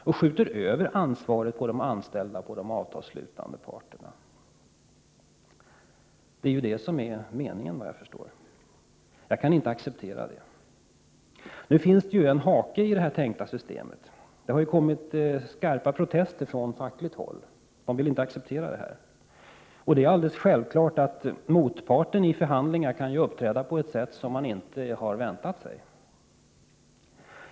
Man skjuter över ansvaret på de anställda och de avtalsslutande parterna — för det är väl det som är meningen i detta sammanhang. Det accepterar inte jag. Nu finns det dock en hake i fråga om det tänkta systemet. Det har nämligen kommit skarpa protester från fackligt håll. Man vill inte acceptera det här. Det är ju alldeles självklart att motparten i förhandlingar kan uppträda på ett sätt som man inte väntat sig.